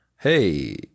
hey